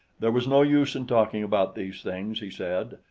there was no use in talking about these things, he said,